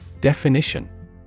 Definition